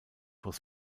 was